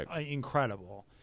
incredible